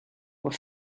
were